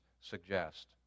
suggest